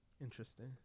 Interesting